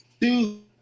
two